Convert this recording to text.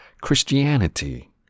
Christianity